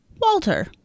Walter